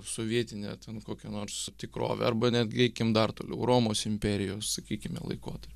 sovietinę ten kokią nors tikrovę arba netgi eikim dar toliau romos imperijos sakykime laikotarpį